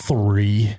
Three